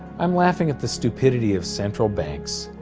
i'm laughing at the stupidity of central banks,